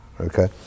okay